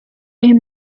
est